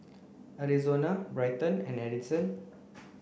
Arizona Bryton and Addyson